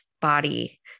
body